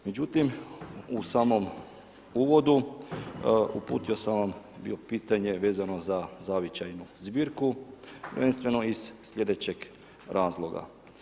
Međutim, u samom uvodu uputio sam vam bio pitanje vezano za zavičajnu zbirku prvenstveno iz slijedećeg razloga.